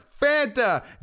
fanta